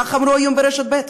כך אמרו היום ברשת ב'.